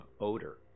odor